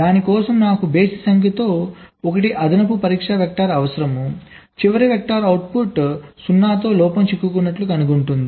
దాని కోసం నాకు బేసి సంఖ్యతో 1 అదనపు పరీక్ష వెక్టర్ అవసరం చివరి వెక్టర్ అవుట్పుట్ 0 లోపంతో చిక్కుకున్నట్లు కనుగొంటుంది